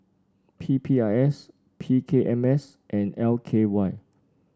P P I S P K M S and L K Y